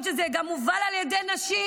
לפחות שמחה שזה מובל על ידי נשים,